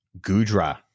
Gudra